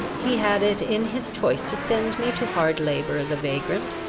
he had it in his choice to send me to hard labour as a vagrant,